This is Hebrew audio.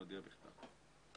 להודיע בכתב.